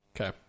Okay